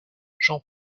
jean